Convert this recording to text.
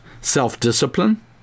self-discipline